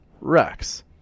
Rex